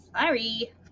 Sorry